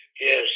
yes